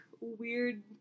weird